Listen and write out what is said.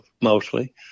mostly